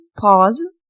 pause